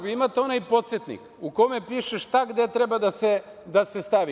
Vi imate onaj podsetnik u kome piše šta gde treba da se stavi.